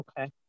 Okay